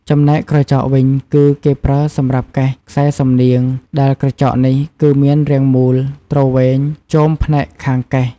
ចំណែកក្រចកវិញ គឺគេប្រើសម្រាប់កេះខ្សែសំនៀង ដែលក្រចកនេះគឺមានរាងមូលទ្រវែងជមផ្នែកខាងកេះ។